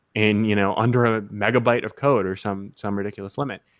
and you know under a megabyte of code or some some ridiculous limit,